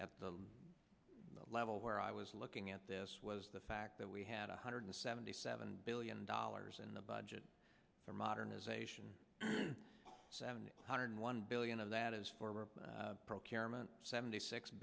at the level where i was looking at this was the fact that we had one hundred seventy seven billion dollars in the budget for modernization seven hundred one billion of that is for procurement seventy six